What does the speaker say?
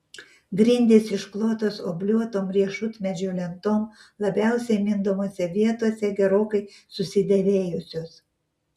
grindys išklotos obliuotom riešutmedžio lentom labiausiai mindomose vietose gerokai susidėvėjusios